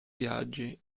viaggi